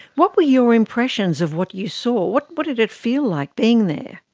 what were your impressions of what you saw? what what did it feel like being there?